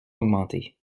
augmenté